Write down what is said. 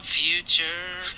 future